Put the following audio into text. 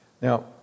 Now